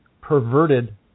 perverted